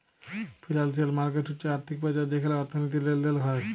financial market হচ্যে আর্থিক বাজার যেখালে অর্থনীতির লেলদেল হ্য়েয়